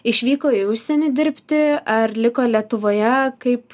išvyko į užsienį dirbti ar liko lietuvoje kaip